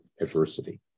adversity